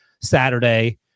Saturday